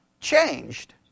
changed